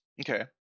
Okay